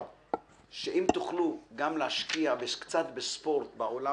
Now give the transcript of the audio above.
עדני אם תוכלו להשקיע גם קצת בספורט בעולם,